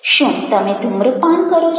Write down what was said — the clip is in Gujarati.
શું તમે ધૂમ્રપાન કરો છો